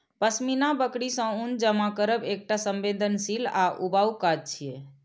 पश्मीना बकरी सं ऊन जमा करब एकटा संवेदनशील आ ऊबाऊ काज छियै